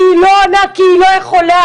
אבל לא עונה כי היא לא יכולה.